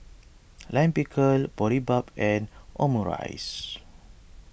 Lime Pickle Boribap and Omurice